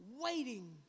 Waiting